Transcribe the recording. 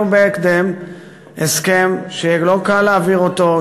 בהקדם הסכם שיהיה לא קל להעביר אותו,